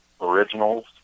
originals